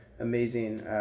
Amazing